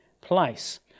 place